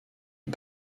est